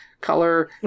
color